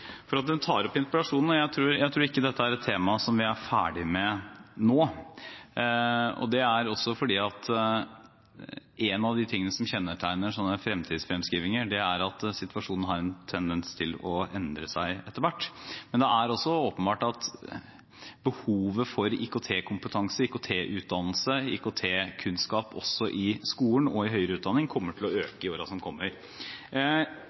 jeg ham en sjanse til å komme med et konkret svar på utfordringen. Tusen takk til representanten Aasen for at hun tar opp interpellasjonen. Jeg tror ikke dette er et tema som vi er ferdig med. En grunn til det er også at en av de tingene som kjennetegner fremtidsfremskrivninger, er at situasjonen har en tendens til å endre seg etter hvert. Men det er også åpenbart at behovet for IKT-kompetanse, IKT-utdannelse og IKT-kunnskap i skolen og i høyere utdanning kommer til å øke i